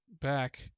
back